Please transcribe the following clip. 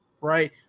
right